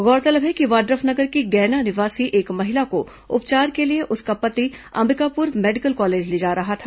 गौरतलब है कि वाड्रफनगर की गैना निवासी एक महिला को उपचार के लिए उसका पति अंबिकापुर मेडिकल कॉलेज ले जा रहा था